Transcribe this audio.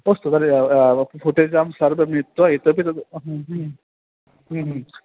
अस्तु तर्हि फ़ुटेजां सर्वं मिलित्वा इतोपि तद्